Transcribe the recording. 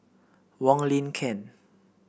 Wong Lin Ken